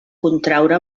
contraure